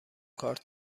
کارت